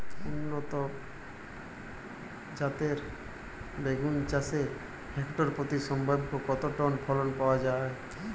উন্নত জাতের বেগুন চাষে হেক্টর প্রতি সম্ভাব্য কত টন ফলন পাওয়া যায়?